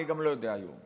ואני גם לא יודע היום,